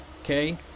okay